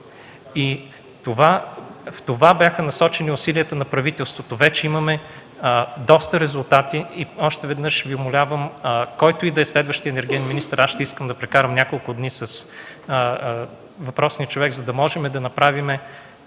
Към това бяха насочени усилията на правителството. Вече имаме доста резултати и още веднъж Ви умолявам, който и да е следващият енергиен министър, ще искам да прекарам няколко дни с въпросния човек, за да можем да направим